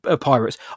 pirates